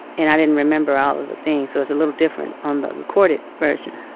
and i didn't remember all of the things, so it's a little different on the recorded version,